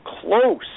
close